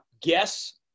guess